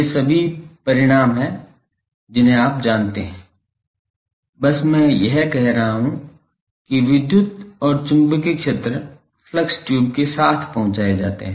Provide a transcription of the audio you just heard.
ये सभी परिणाम हैं जिन्हें आप जानते हैं बस मैं यह कह रहा हूँ कि विद्युत और चुंबकीय क्षेत्र फ्लक्स ट्यूब के साथ पहुँचाए जाते हैं